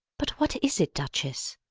but what is it, duchess?